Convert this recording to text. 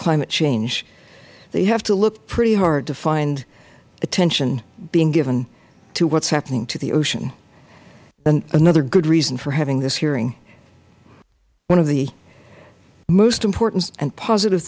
climate change that you have to look pretty hard to find attention being given to what is happening to the ocean another good reason for having this hearing one of the most important and positive